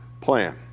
plan